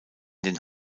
den